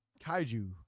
Kaiju